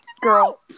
girl